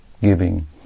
giving